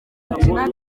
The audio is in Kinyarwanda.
gukina